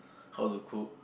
how to cook